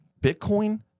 Bitcoin